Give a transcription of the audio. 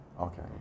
Okay